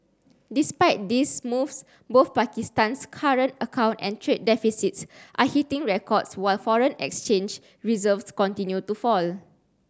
despite these moves both Pakistan's current account and trade deficits are hitting records while foreign exchange reserves continue to fall